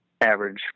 average